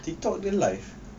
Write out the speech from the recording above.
tiktok ada live